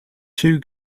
two